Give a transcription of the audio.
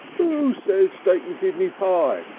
who says steak and kidney pie?